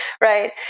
right